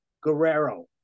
Guerrero